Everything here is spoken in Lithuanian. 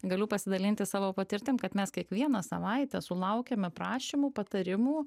galiu pasidalinti savo patirtim kad mes kiekvieną savaitę sulaukiame prašymų patarimų